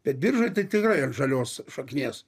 bet biržoj tai tikrai ant žalios šaknies